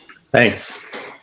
Thanks